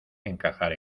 encajar